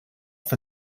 for